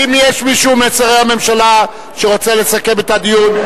האם יש מישהו משרי הממשלה שרוצה לסכם את הדיון?